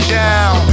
down